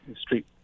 street